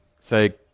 say